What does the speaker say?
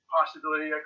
possibility